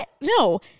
no